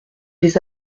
les